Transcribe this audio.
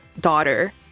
daughter